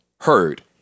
heard